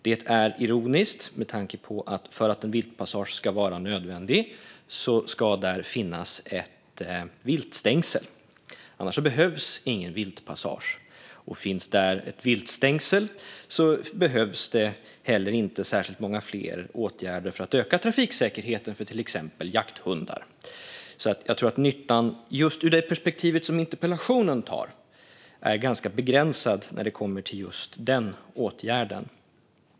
Det är ironiskt med tanke på att för att en viltpassage ska vara nödvändig ska där finnas ett viltstängsel. Annars behövs ingen viltpassage. Finns där ett viltstängsel behövs det inte heller särskilt många fler åtgärder för att öka trafiksäkerheten för till exempel jakthundar. Jag tror att nyttan, just ur det perspektiv som interpellationen har, är ganska begränsad när det kommer till just den åtgärden.